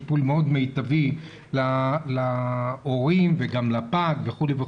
טיפול מאוד מיטבי להורים וגם לפג וכולי.